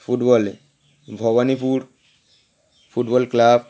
ফুটবলে Bhawanipur football club